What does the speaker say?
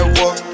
walk